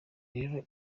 rero